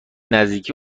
نزدیکی